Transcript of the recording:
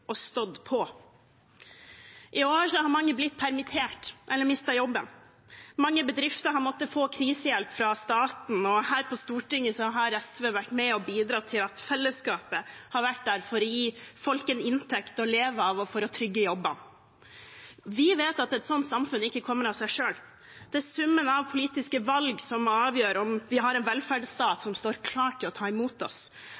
I år har mange blitt permittert eller mistet jobben. Mange bedrifter har måttet få krisehjelp fra staten. Her på Stortinget har SV vært med og bidratt til at fellesskapet har vært der for å gi folk en inntekt å leve av og for å trygge jobber. Vi vet at et slikt samfunn ikke kommer av seg selv. Det er summen av politiske valg som avgjør om vi har en velferdsstat som står klar til å ta imot oss,